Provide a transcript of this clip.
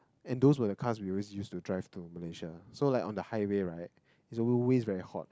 and those with cars he always used to drive to Malaysia so like on the highway right it's always very hot